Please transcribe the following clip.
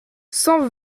cent